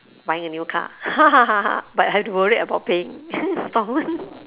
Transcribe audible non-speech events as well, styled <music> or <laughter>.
buying a new car <laughs> but have to worry about paying <laughs>